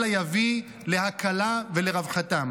אלא יביא להקלה ולרווחה.